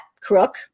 crook